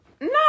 No